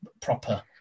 proper